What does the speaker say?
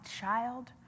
child